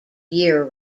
year